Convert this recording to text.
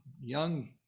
young